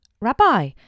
Rabbi